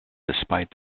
despite